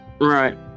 Right